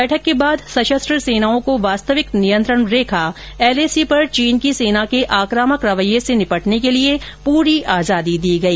बैठक के बाद सशस्त्र सेनाओं को वास्तविक नियंत्रण रेखा एलएसी पर चीन की सेना के आक्रामक रवैये से निपटने के लिए पुरी आजादी दी गई